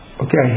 Okay